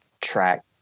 track